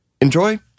enjoy